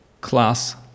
class